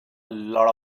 lot